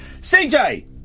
CJ